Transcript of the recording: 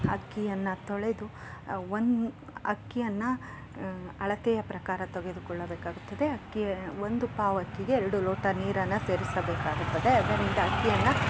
ಅಕ್ಕಿಯನ್ನು ತೊಳೆದು ಒನ್ ಅಕ್ಕಿಯನ್ನು ಅಳತೆಯ ಪ್ರಕಾರ ತೆಗೆದುಕೊಳ್ಳಬೇಕಾಗುತ್ತದೆ ಅಕ್ಕಿಯ ಒಂದು ಪಾವು ಅಕ್ಕಿಗೆ ಎರಡು ಲೋಟ ನೀರನ್ನು ಸೇರಿಸಬೇಕಾಗುತ್ತದೆ ಅದರಿಂದ ಅಕ್ಕಿಯನ್ನು